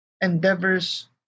endeavors